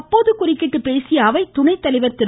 அப்போது குறுக்கிட்டு பேசிய அவை துணை தலைவர் திரு